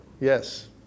yes